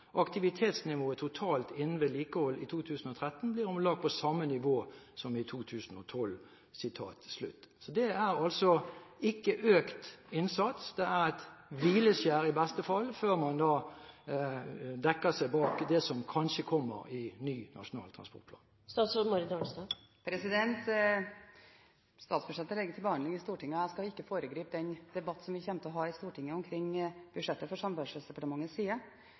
totalt innen vedlikehold i 2013 blir om lag på samme nivå som i 2012.» Det er altså ikke økt innsats, det er et hvileskjær i beste fall, før man dekker seg bak det som kanskje kommer i ny Nasjonal transportplan. Statsbudsjettet ligger til behandling i Stortinget, og jeg skal ikke foregripe den debatt som vi kommer til å ha i Stortinget om budsjettet for